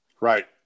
Right